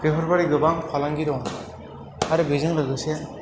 बेफोरबादि गोबां फालांगि दं आरो बेजों लोगोसे